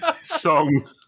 song